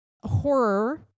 horror